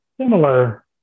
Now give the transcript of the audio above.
similar